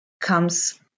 comes